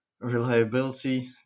reliability